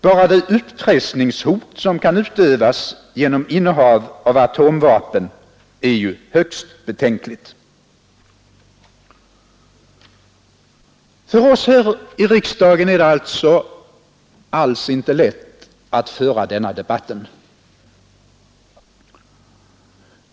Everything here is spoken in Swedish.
Bara det utpressningshot som kan utövas genom innehav av atomvapen är ju högst betänkligt. För oss här i riksdagen är det alltså alls inte lätt att föra denna debatt.